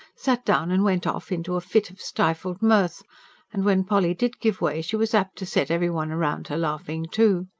sat down and went off into a fit of stifled mirth and when polly did give way, she was apt to set every one round her laughing, too.